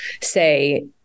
say